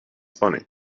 funny